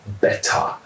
better